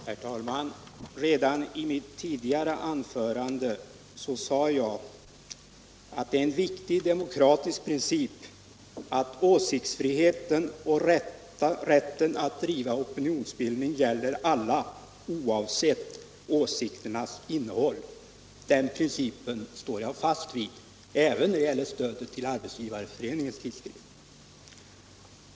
Herr talman! Redan i mitt tidigare anförande sade jag att det är en viktig demokratisk princip att åsiktsfriheten och rätten att driva opinionsbildning gäller alla oavsett åsikternas innehåll. Den principen står jag fast vid även när det gäller stödet till Arbetsgivareföreningens tidskrift.